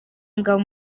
umugabo